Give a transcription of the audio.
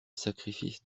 sacrifice